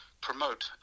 promote